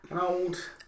old